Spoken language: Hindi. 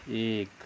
एक